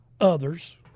others